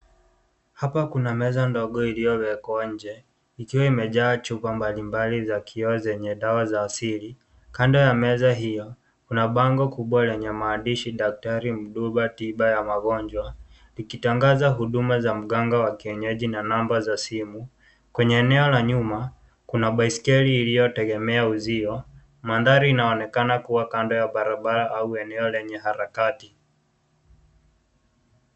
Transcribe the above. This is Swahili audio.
Hapa kuna meza ndogo iliowejwa nje, ikiwa imejaa chupa mbali mbali za kioo zenye dawa za asili, kando ya meza hio, kuna bango kubwa lenye maandishi, daktari Mduba tiba ya magonjwa, likitangaza huduma za mganga wa kienyeji na namba za simu, kwenye eneo la nyuma kuna, baiskeli iliyotegemea uzio, manthari inaonekana kuwa kando ya barabara au eneo lenye harakati.